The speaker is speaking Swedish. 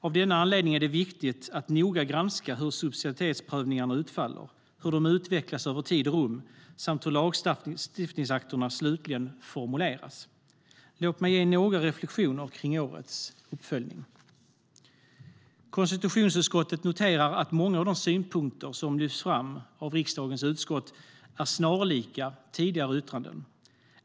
Av denna anledning är det viktigt att noga granska hur subsidiaritetsprövningarna utfaller, hur de utvecklas över tid och rum samt hur lagstiftningsakterna slutligen formuleras. Låt mig ge några reflexioner kring årets uppföljning. Konstitutionsutskottet noterar att många av de synpunkter som lyfts fram av riksdagens utskott är snarlika tidigare yttranden.